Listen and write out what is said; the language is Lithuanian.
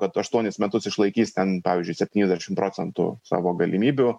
kad aštuonis metus išlaikys ten pavyzdžiui septyniasdešim procentų savo galimybių